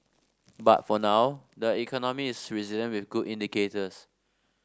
but for now the economy is resilient with good indicators